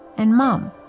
and mom,